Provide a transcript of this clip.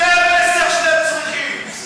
זה המסר שאתם צריכים.